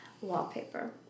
Wallpaper